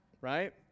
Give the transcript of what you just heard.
Right